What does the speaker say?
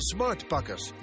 SmartPakkers